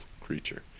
creature